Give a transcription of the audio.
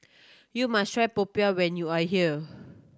you must try Popiah when you are here